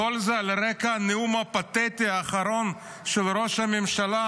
כל זה על רקע הנאום הפתטי האחרון של ראש הממשלה,